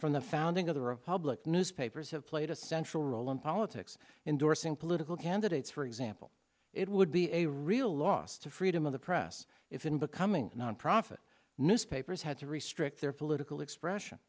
from the founding of the republic newspapers have played a central role in politics indorsing political candidates for example it would be a real loss to freedom of the press if in becoming nonprofit newspapers had to restrict their political expression